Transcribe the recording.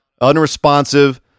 Unresponsive